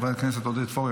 חבר הכנסת עודד פורר,